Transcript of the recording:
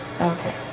okay